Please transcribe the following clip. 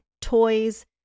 Toys